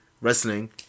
wrestling